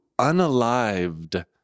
unalived